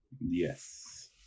Yes